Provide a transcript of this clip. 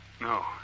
No